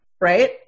right